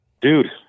dude